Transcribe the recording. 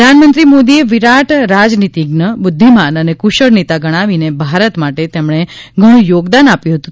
પ્રધાનમંત્રી મોદીએ વિરાટ રાજનીતીજ્ઞ બુદ્ધિમાન અને કુશળ નેતા ગણાવીને ભારત માટે તેમણે ઘણું યોગદાન આપ્યું હતું